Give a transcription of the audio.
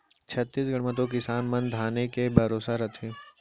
छत्तीसगढ़ म तो किसान मन धाने के भरोसा रथें